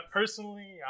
personally